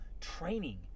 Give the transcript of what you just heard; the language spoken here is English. training